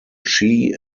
chi